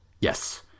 Yes